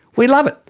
we love it,